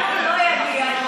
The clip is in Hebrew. לנו לא יגיע,